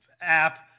app